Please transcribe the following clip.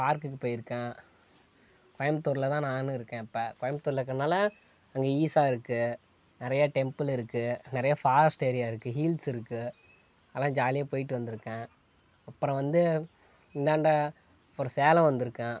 பார்க்குக்கு போயிருக்கேன் கோயம்புத்தூர்லதான் நான் இருக்கேன் இப்போ கோயம்புத்தூர்ல இருக்கதனால அங்கே ஈஸா இருக்குது நிறையா டெம்புள் இருக்குது நிறையா ஃபாரஸ்ட் ஏரியா இருக்குது ஹில்ஸ் இருக்குது அங்கலாம் ஜாலியாக போய்ட்டு வந்திருக்கேன் அப்புறம் வந்து இந்தாண்டை அப்புறம் சேலம் வந்துருக்கேன்